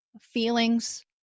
feelings